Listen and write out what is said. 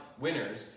winners